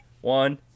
one